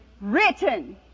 written